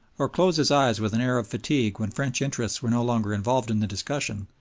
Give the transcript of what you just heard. or close his eyes with an air of fatigue when french interests were no longer involved in the discussion,